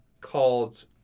called